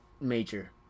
major